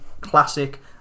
classic